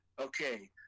Okay